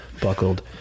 buckled